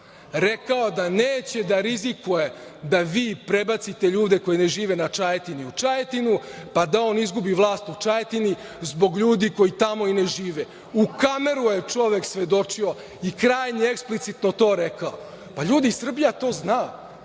rekao da neće da rizikuje da vi prebacite ljude koji ne žive na Čajetini u Čajetinu, pa da on izgubi vlast u Čajetini zbog ljudi koji tamo i ne žive. U kameru je čovek svedočio i krajnje eksplicitno to rekao. Pa, ljudi, Srbija to zna.